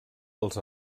als